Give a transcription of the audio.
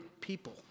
people